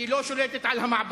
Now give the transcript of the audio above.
היא לא שולטת על המעברים,